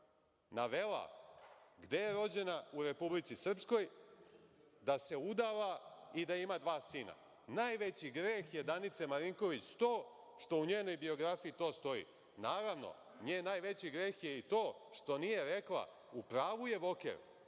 navela gde je rođena, u Republici Srpskoj, da se udala i da ima dva sina. Najveći greh je Danice Marinković to što u njenoj biografiji to stoji. Naravno, njen najveći greh je i to što nije rekla – u pravu je Voker,